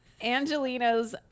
Angelinos